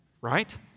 right